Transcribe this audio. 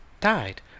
died